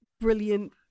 brilliant